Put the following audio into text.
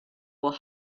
were